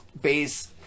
base